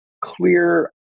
clear